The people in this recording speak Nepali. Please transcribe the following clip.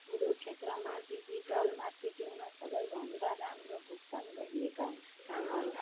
मेरो क्षेत्रमा डिजिटल मार्केटिङमा सबै भन्दा राम्रो भुक्तान गरिएका कामहरू